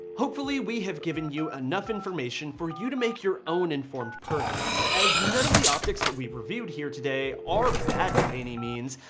hopefully we have given you enough information for you to make your own informed purchase as none of the optics that we've reviewed here today are bad by any means,